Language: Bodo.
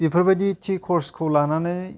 बिफोरबायदि थि कर्सखौ लानानै